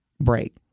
break